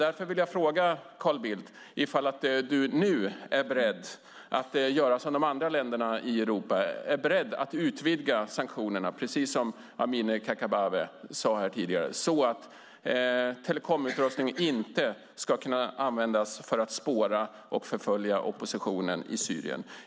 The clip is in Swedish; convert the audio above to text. Därför vill jag fråga Carl Bildt: Är du nu beredd att göra som de andra länderna i Europa vill och utvidga sanktionerna, precis som Amineh Kakabaveh sade tidigare, så att telekomutrustning inte ska kunna användas för att spåra och förfölja oppositionen i Syrien?